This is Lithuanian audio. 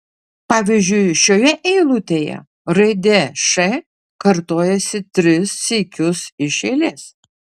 pavyzdžiui šioje eilutėje raidė š kartojasi tris sykius iš eilės